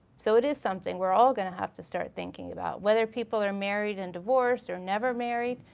so it is something we're all gonna have to start thinking about, whether people are married and divorced or never married,